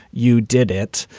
you did it.